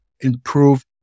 improve